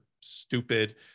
stupid